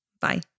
Bye